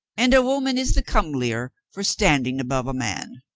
and a woman is the comelier for standing above a man.